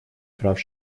прав